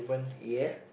yes